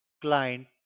client